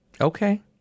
Okay